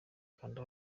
kanda